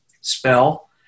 spell